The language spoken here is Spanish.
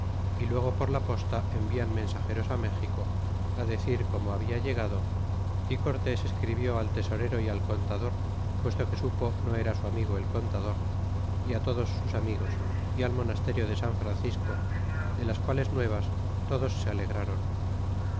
y luego por la posta envian mensageros a méxico a decir como habla llega do y cortés escribió al tesorero y al contador puesto que supo no era su amigo el contador y todos sus amigos y al monasterio de san francisco de las quales nuevas todos se alegraron